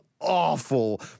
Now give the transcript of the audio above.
awful